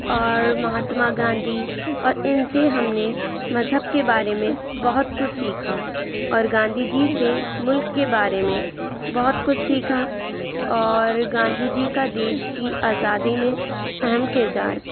اور مہاتما گاندھی اور ان سے ہم نے مذہب کے بارے میں بہت کچھ سیکھا اور گاندھی جی سے ملک کے بارے میں بہت کچھ سیکھا اور گاندھی جی کا دیش کی آزادی میں اہم کردار تھا